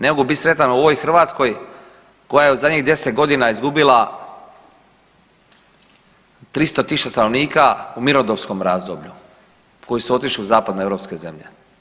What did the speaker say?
Ne mogu biti sretan u ovoj Hrvatskoj koja je u zadnjih 10.g. izgubila 300.000 stanovnika u mirnodopskom razdoblju koji su otišli u zapadne europske zemlje.